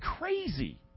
crazy